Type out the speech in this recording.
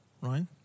right